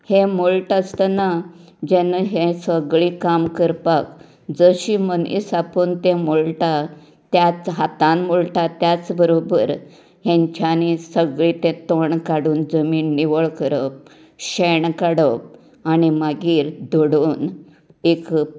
हे मळटा आसतना जेन्ना हे सगळें काम करपाक जशी मनीस आपोवन ते मळटा त्याच हातान मळटा त्याच बरोबर हेंच्यांनी सगळें तें तण काडून जमीन निवळ करप शेण काडप आनी मागीर धडोवन एक